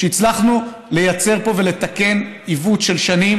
הצלחנו לתקן פה עיוות של שנים.